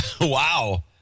Wow